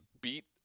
beat